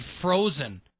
frozen